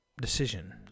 decision